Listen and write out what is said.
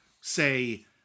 say